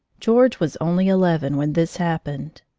george was only eleven when this happened.